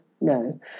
No